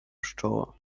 pszczoła